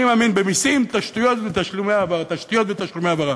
אני מאמין במסים, תשתיות ותשלומי העברה.